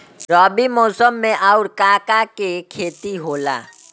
रबी मौसम में आऊर का का के खेती होला?